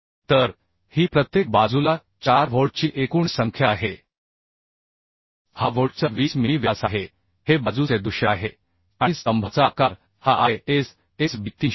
तर ही प्रत्येक बाजूला 4 व्होल्टची एकूण संख्या आहे हा व्होल्टचा 20 मिमी व्यास आहे हे बाजूचे दृश्य आहे आणि स्तंभाचा आकार हा ISHB 300 आहे